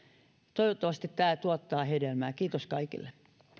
toivottavasti tämä tuottaa hedelmää kiitos kaikille